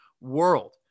world